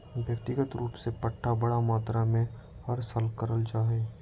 व्यक्तिगत रूप से पट्टा बड़ मात्रा मे हर साल करल जा हय